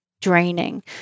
draining